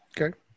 Okay